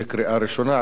בקריאה ראשונה,